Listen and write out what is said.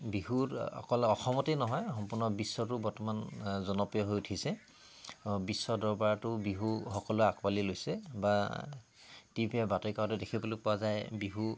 বিহু অকল অসমতেই নহয় সম্পূৰ্ণ বিশ্বতো বৰ্তমান জনপ্ৰিয় হৈ উঠিছে বিশ্ব দৰবাৰতো বিহু সকলোৱে আকোৱালি লৈছে বা টিভিয়ে বাতৰিকাকতে দেখিবলৈ পোৱা যায় বিহু